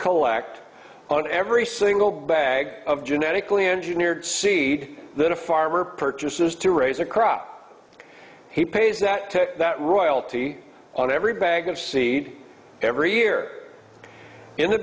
collect on every single bag of genetically engineered seed that a farmer purchases to raise a crop he pays that that royalty on every bag of seed every year in the